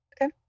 Okay